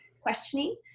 questioning